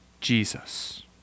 Jesus